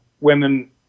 women